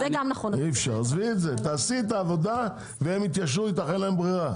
תעשי את העבודה והם יתיישרו לפי דרישותייך,